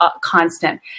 constant